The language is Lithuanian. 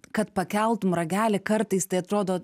kad pakeltum ragelį kartais tai atrodo